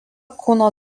kūno